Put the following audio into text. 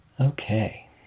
Okay